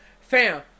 Fam